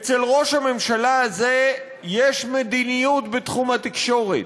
אצל ראש הממשלה הזה יש מדיניות בתחום התקשורת,